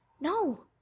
no